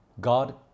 God